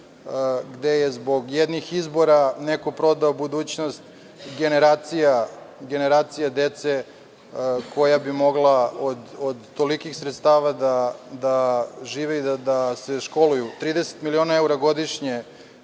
gde je zbog jednih izbora neko prodao budućnost generacija dece koja bi mogla od tolikih sredstava da žive i da se školuju. Trideset miliona evra godišnje,